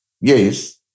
Yes